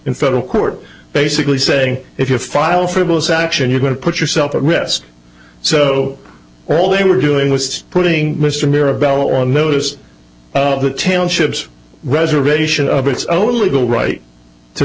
in federal court basically saying if you file frivolous action you're going to put yourself at risk so all they were doing was putting mr mirabelle on notice of the township's reservation of its own legal right to